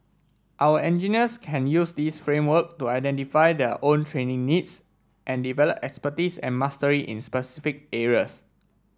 our engineers can use this framework to identify their own training needs and develop expertise and mastery in specific areas